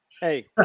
Hey